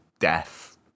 Death